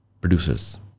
producers